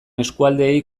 eskualdeei